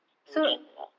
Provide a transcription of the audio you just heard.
do that lah